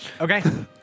Okay